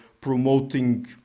promoting